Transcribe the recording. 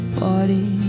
body